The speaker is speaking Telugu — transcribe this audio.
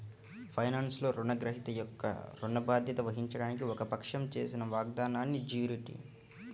ఫైనాన్స్లో, రుణగ్రహీత యొక్క ఋణ బాధ్యత వహించడానికి ఒక పక్షం చేసిన వాగ్దానాన్నిజ్యూరిటీ